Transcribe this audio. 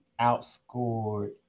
Outscored